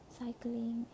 cycling